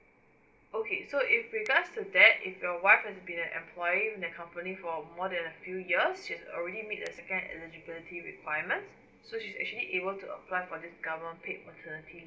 okay so with regards to that if your wife has been an employee in that company for more than a few years she's already meet the second eligibility requirements so she's actually able to apply for the government paid maternity